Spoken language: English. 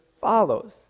follows